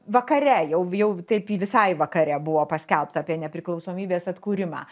vakare jau jau taip į visai vakare buvo paskelbta apie nepriklausomybės atkūrimą